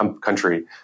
country